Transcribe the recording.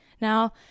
Now